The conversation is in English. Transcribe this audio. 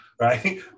right